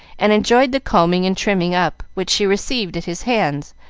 and enjoyed the combing and trimming up which she received at his hands,